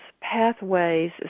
pathways